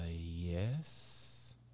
yes